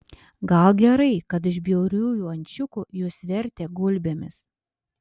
gal gerai kad iš bjauriųjų ančiukų jus vertė gulbėmis